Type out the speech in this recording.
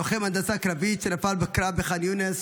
לוחם הנדסה קרבית שנפל בקרב בחאן יונס